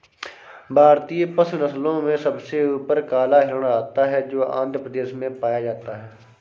भारतीय पशु नस्लों में सबसे ऊपर काला हिरण आता है जो आंध्र प्रदेश में पाया जाता है